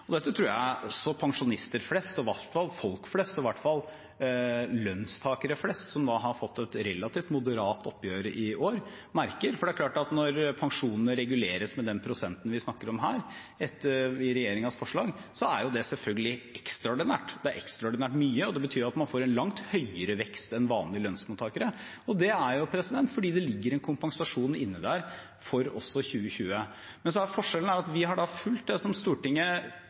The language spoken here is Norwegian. Dette tror jeg også pensjonister flest, og i hvert fall folk flest, og i hvert fall lønnstakere flest, som nå har fått et relativt moderat oppgjør i år, merker, for det er klart at når pensjonene reguleres med den prosenten vi snakker om her i regjeringens forslag, er det selvfølgelig ekstraordinært. Det er ekstraordinært mye, og det betyr at man får en langt høyere vekst enn vanlige lønnsmottakere. Det er fordi det ligger inne en kompensasjon der også for 2020. Forskjellen er at vi har fulgt opp det som Stortinget